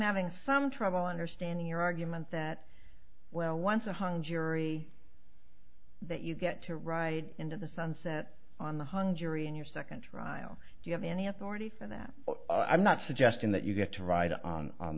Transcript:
having some trouble understanding your argument that well once a hung jury that you get to ride into the sunset on the hung jury in your second trial if you have any authority for that i'm not suggesting that you get to ride on